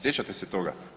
Sjećate se toga?